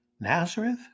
Nazareth